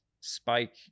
spike